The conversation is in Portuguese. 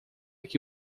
que